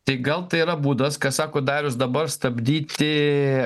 tai gal tai yra būdas ką sako darius dabar stabdyti